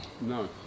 No